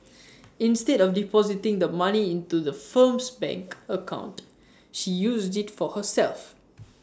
instead of depositing the money into the firm's bank account she used IT for herself